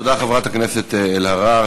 תודה, חברת הכנסת אלהרר.